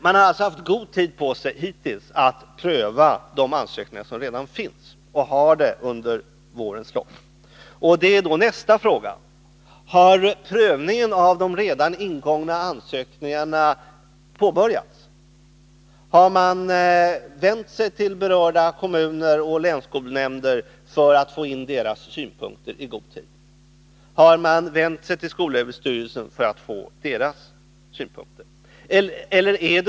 Man har alltså hittills haft god tid på sig att pröva de ansökningar som redan inkommit, och man har även god tid på sig under våren. Vidare vill jag fråga: Har prövningen av de redan inkomna ansökningarna påbörjats? Har man vänt sig till de berörda kommunerna och länsskolnämnderna för att få in deras synpunkter i god tid? Har man vänt sig till skolöverstyrelsen för att få synpunkter därifrån?